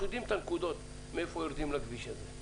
אנחנו יודעים את הנקודות מאיפה יורדים לכביש הזה.